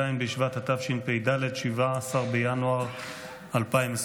ז' בשבט התשפ"ד (17 בינואר 2024)